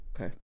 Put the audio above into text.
Okay